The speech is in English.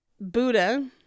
Buddha